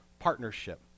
partnership